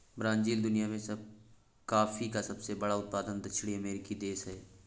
Brazil दुनिया में coffee का सबसे बड़ा उत्पादक दक्षिणी अमेरिकी देश है